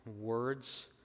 words